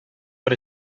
бер